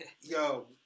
yo